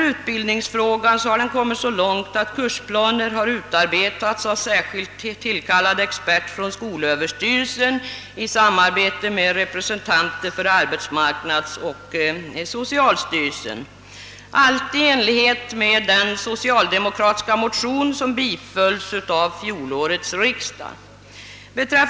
Utbildningsfrågan har nu kommit så långt att kursplaner utarbetats av en särskilt tillkallad expert från skolöverstyrelsen som samarbetat med representanter för arbetsmarknadsoch socialstyrelserna, allt i enlighet med den socialdemokratiska motion som fjolårets riksdag biföll.